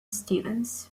stevens